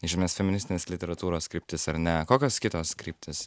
į žymias feministinės literatūros kryptis ar ne kokios kitos kryptys